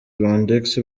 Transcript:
rwandex